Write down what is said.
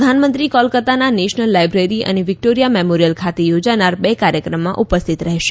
પ્રધાનમંત્રી કોલાકાતાના national library અને વિક્ટોરિયા મેમોરિયલ ખાતે યોજાનાર બે કાર્યક્રમમાં ઉપ સ્થિત રહેશે